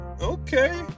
okay